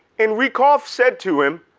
and rykov said to him,